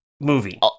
movie